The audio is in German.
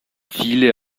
viele